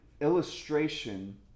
illustration